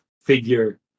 figure